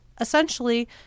Essentially